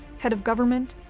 head of government,